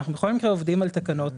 אנחנו בכל מקרה עובדים על התקנות.